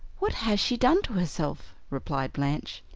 what has she done to herself? replied blanche.